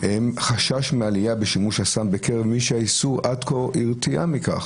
חשש מעלייה בשימוש הסם בקרב מי שהאיסור עד כה הרתיע מכך,